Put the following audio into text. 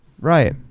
Right